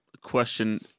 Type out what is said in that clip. question